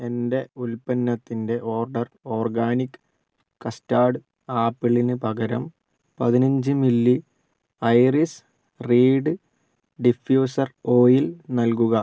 എന്റെ ഉൽപ്പന്നത്തിന്റെ order organic custard ആപ്പിളിന് പകരം പതിനഞ്ച് milli iris reed diffuser oil നൽകുക